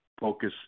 focus